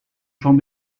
from